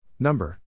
Number